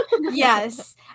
Yes